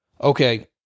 okay